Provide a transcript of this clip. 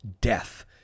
death